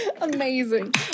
Amazing